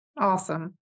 Awesome